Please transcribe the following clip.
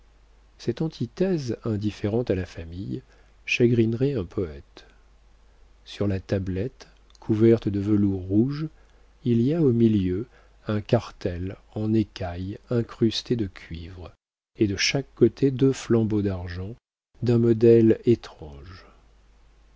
cette antithèse indifférente à la famille chagrinerait un poète sur la tablette couverte de velours rouge il y a au milieu un cartel en écaille incrusté de cuivre et de chaque côté deux flambeaux d'argent d'un modèle étrange